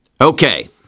Okay